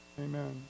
Amen